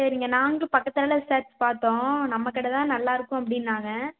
சரிங்க நாங்களும் பக்கத்தில் எல்லா விசாரித்து பார்த்தோம் நம்ம கடை தான் நல்லா இருக்கும் அப்படின்னாங்க